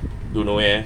don't know eh